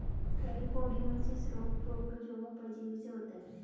trichodinosis रोग protozoa परजीवी से होता है